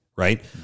Right